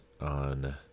on